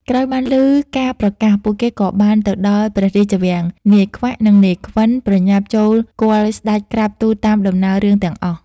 ក្រោយបានឮការប្រកាស ពួកគេក៏បានទៅដល់ព្រះរាជវាំង នាយខ្វាក់ និង នាយខ្វិន ប្រញាប់ចូលគាល់ស្តេចក្រាបទូលតាមដំណើររឿងទាំងអស់។